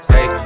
Hey